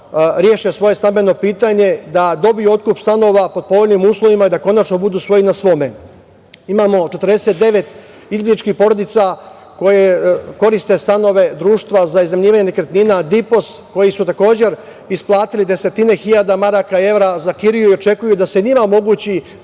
reše svoje stambeno pitanje, da dobiju otkup stanova pod povoljnim uslovima i da konačno budu svoj na svome. Imamo 49 izbegličkih porodica koje koriste stanove društva za iznajmljivanje nekretnina DIPOS, koji su takođe isplatili desetine hiljada maraka i evra za kiriju i očekuju da se njima omogući